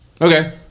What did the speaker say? okay